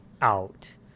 out